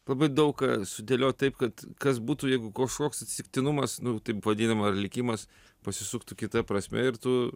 labai daug ką sudėliot taip kad kas būtų jeigu kažkoks atsitiktinumas nu taip vadinama likimas pasisuktų kita prasme ir tu